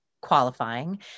qualifying